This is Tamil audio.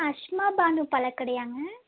அஸ்மா பானு பழக்கடையாங்க